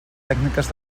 tècniques